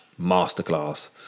masterclass